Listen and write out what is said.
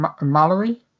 Mallory